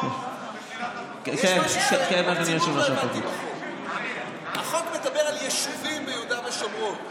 יש משהו שברצינות לא הבנתי בחוק: החוק מדבר על יישובים ביהודה ושומרון.